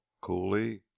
coolly